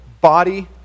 body